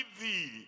thee